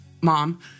mom